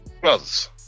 Brothers